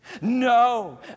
No